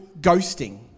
ghosting